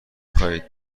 خواهید